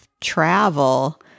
travel